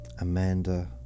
Amanda